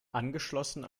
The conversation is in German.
angeschlossen